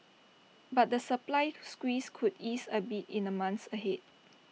but the supply squeeze could ease A bit in the months ahead